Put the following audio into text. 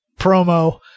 promo